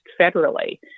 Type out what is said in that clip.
federally